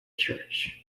church